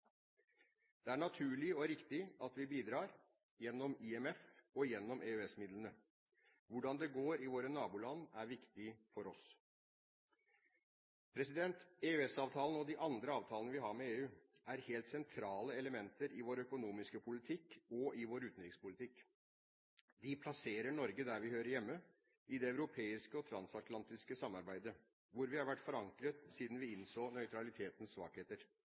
Det er naturlig og riktig at vi bidrar, gjennom IMF og gjennom EØS-midlene. Hvordan det går i våre naboland er viktig for oss. EØS-avtalen og de andre avtalene vi har med EU, er helt sentrale elementer i vår økonomiske politikk og i vår utenrikspolitikk. De plasserer Norge der vi hører hjemme – i det europeiske og transatlantiske samarbeidet, hvor vi har vært forankret siden vi innså nøytralitetens svakheter.